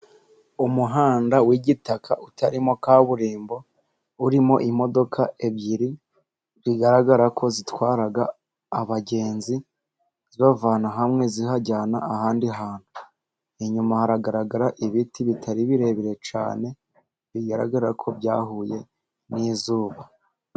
Umuhanda w'igitaka utarimo kaburimbo. Urimo imodoka ebyiri zigaragara ko zitwara abagenzi zibavana hamwe zibajyana ahandi hantu. Inyuma haragaragara ibiti bitari birebire cyane , bigaragara ko byahuye n'izuba.